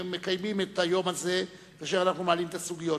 מקיימים את היום הזה כאשר אנחנו מעלים את הסוגיות.